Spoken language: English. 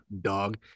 dog